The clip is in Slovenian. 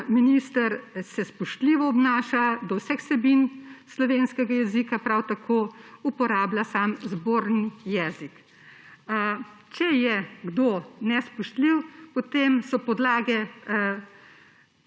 Minister se spoštljivo obnaša do vseh vsebin slovenskega jezika, prav tako uporablja sam zborni jezik. Če je kdo nespoštljiv, potem so podlage